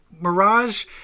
Mirage